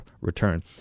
return